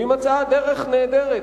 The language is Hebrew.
והיא מצאה דרך נהדרת,